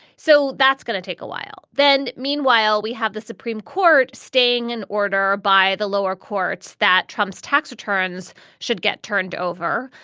so that's going to take a while then. meanwhile, we have the supreme court staying an order by the lower courts that trump's tax returns should get turned over.